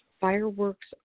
Fireworks